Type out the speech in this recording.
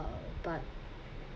but